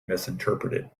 misinterpreted